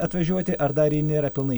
atvažiuoti ar dar ji nėra pilnai